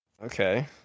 Okay